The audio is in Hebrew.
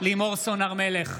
לימור סון הר מלך,